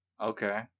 Okay